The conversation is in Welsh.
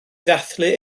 ddathlu